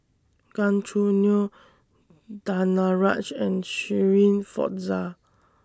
Gan Choo Neo Danaraj and Shirin Fozdar